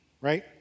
Right